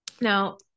Now